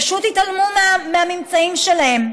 פשוט התעלמו מהממצאים שלהם.